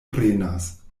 prenas